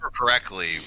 correctly